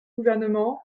gouvernement